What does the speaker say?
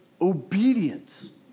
obedience